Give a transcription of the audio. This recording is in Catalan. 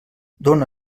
dóna